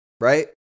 Right